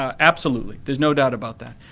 um absolutely. there is no doubt about that.